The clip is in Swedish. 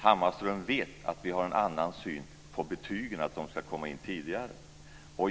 Hammarström vet att vi har en annan syn på betygen. Vi vill att de ska komma in tidigare.